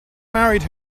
married